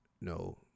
no